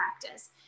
practice